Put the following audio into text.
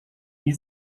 nie